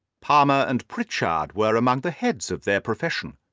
palmer and pritchard were among the heads of their profession.